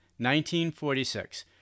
1946